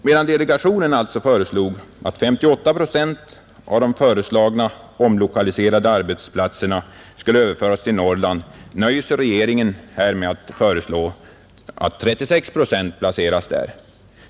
Medan delegationen alltså föreslog att 58 procent av de föreslagna omlokaliserade arbetsplatserna skulle överföras till Norrland nöjde sig regeringen med att föreslå att 36 procent skulle placeras där.